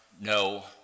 no